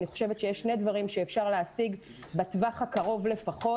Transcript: אני חושבת שיש שני דברים שאפשר להשיג בטווח הקרוב לפחות.